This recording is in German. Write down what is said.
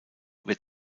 wird